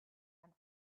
and